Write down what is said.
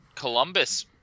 Columbus